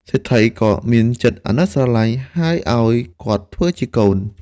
សេដ្ឋីក៏មានចិត្តអាណិតស្រលាញ់ ហើយឱ្យគាត់ធ្វើជាកូន។